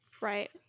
right